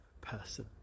person